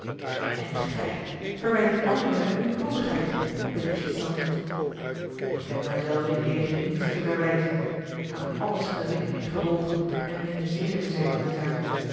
en gij verwijt dien ander zijne onhandigheid beet de ghiselles hem toe ik heb mij zelven in dezen niets te verwijten ik had alles gewikt en gewogen en meende zeker te zijn van mijne zaak